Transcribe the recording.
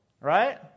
Right